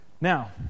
Now